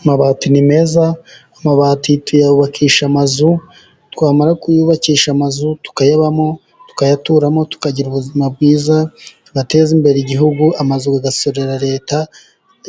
Amabati ni meza, amabati tuyubakisha amazu, twamara kuyubakisha amazu tukayabamo, tukayaturamo, tukagira ubuzima bwiza, tugateza imbere igihugu, amazu agasorera leta,